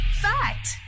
fact